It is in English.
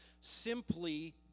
simply